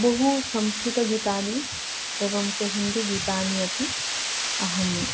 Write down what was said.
बहुसंस्कृतगितानि एवञ्च हिन्दीगीतानि अपि अहं